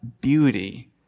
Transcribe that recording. beauty